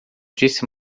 disse